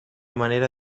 manera